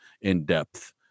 in-depth